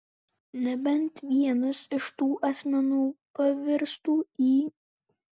nebent vienas iš tų asmenų pavirstų į